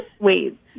Wait